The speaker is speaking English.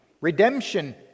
Redemption